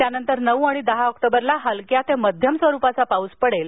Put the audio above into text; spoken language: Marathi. त्यानंतर नऊ आणि दहा ऑक्टोबरला हलका ते मध्यम स्वरूपाचा पाऊस पडेल